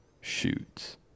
shoots